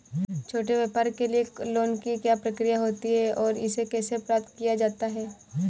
छोटे व्यापार के लिए लोंन की क्या प्रक्रिया होती है और इसे कैसे प्राप्त किया जाता है?